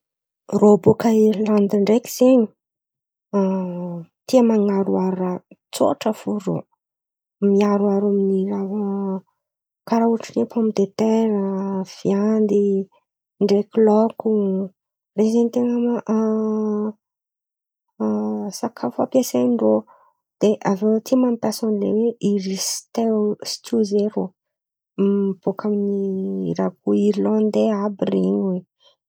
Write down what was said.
Rô bòka Irlandy ndreky zen̈y, tia man̈aroaro raha tsotra fo rô. Miaroaro amin'ny raha karà ohatran'ny oe pômy de tera, viandy ndreky laoko. Rô zen̈y ten̈a sakafo ampiasain-drô. De aviô tia mampiasa an'ilay oe iristain ôstro zen̈y rô. bòka amin'ny raha irlanday àby ren̈y oe.